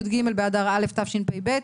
י"ג באדר א' תשפ"ב,